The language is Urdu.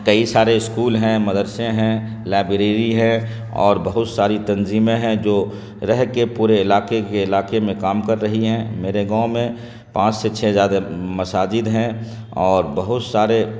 کئی سارے اسکول ہیں مدرسے ہیں لائبریری ہے اور بہت ساری تنظیمیں ہیں جو رہ کے پورے علاقے کے علاقے میں کام کر رہی ہیں میرے گاؤں میں پانچ سے چھ زیادہ مساجد ہیں اور بہت سارے